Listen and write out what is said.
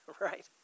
Right